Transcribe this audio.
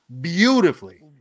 beautifully